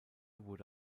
wurde